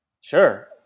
Sure